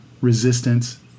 resistance